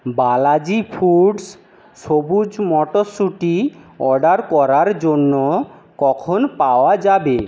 Balaji Foods সবুুজ মটরশুঁটি order করার জন্য কখন পাওয়া যাবে